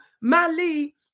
Mali